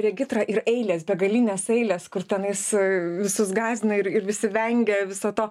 regitra ir eilės begalinės eilės kur tenais visus gąsdina ir visi vengia viso to